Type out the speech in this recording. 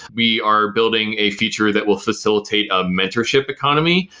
we are building a feature that will facilitate a mentorship economy.